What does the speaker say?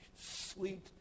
sweet